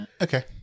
Okay